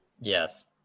Yes